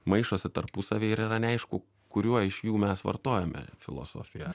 maišosi tarpusavy ir yra neaišku kuriuo iš jų mes vartojame filosofija